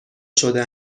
شده